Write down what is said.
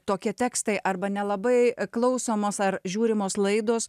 tokie tekstai arba nelabai klausomos ar žiūrimos laidos